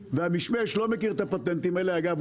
והמשמש לא מכיר את הפטנטים האלה אגב,